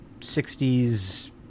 60s